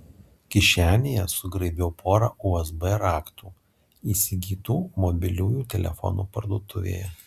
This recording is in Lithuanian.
kišenėje sugraibiau porą usb raktų įsigytų mobiliųjų telefonų parduotuvėje